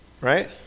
right